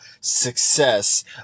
success